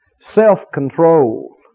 self-control